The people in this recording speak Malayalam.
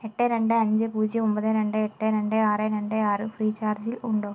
എട്ട് രണ്ട് അഞ്ച് പൂജ്യം ഒമ്പത് രണ്ട് എട്ട് രണ്ട് ആറ് രണ്ട് ആറ് ഫ്രീചാർജിൽ ഉണ്ടോ